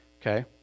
okay